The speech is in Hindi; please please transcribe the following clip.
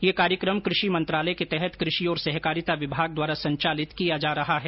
यह कार्यकम कृषि मंत्रालय के तहत कृषि और सहकारिता विभाग द्वारा संचालित किया जा रहा है